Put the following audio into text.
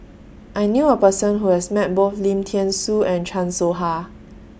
I knew A Person Who has Met Both Lim Thean Soo and Chan Soh Ha